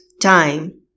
time